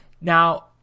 Now